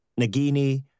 Nagini